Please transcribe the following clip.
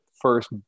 first